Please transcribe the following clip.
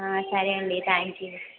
సరే అండి thank you